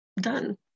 done